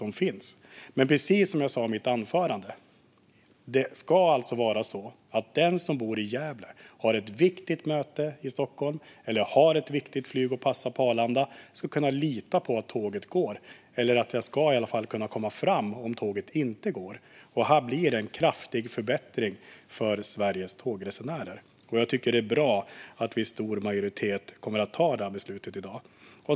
Men precis som jag sa i mitt anförande ska den som bor i Gävle och har ett viktigt möte i Stockholm eller ett viktigt flyg att passa på Arlanda kunna lita på att tåget går eller på att det ska gå att komma fram även om tåget inte går. Här blir det en kraftig förbättring för Sveriges tågresenärer. Jag tycker att det är bra att vi i stor majoritet kommer att fatta detta beslut i dag.